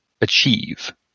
achieve